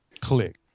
click